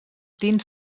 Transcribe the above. dins